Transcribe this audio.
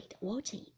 watching